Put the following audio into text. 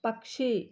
पक्षी